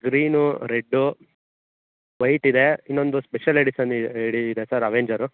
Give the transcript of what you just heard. green red white ಇದೆ ಇನ್ನೊಂದು special edition ready ಇದೆ ಸರ್ ಅವೆಂಜರ್